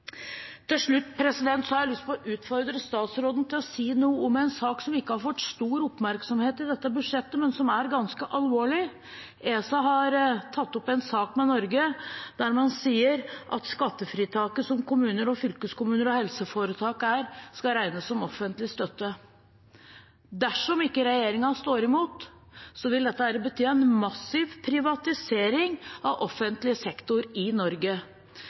Til slutt har jeg lyst til å utfordre statsråden til å si noe om en sak som ikke har fått stor oppmerksomhet i dette budsjettet, men som er ganske alvorlig. ESA har tatt opp en sak med Norge der man sier at skattefritaket som kommuner, fylkeskommuner og helseforetak har, skal regnes som offentlig støtte. Dersom ikke regjeringen står imot, vil dette bety en massiv privatisering av offentlig sektor i Norge.